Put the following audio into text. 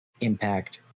impact